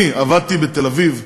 אני עבדתי בתל-אביב,